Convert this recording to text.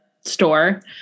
store